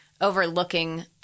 overlooking